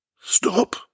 Stop